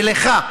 ולך,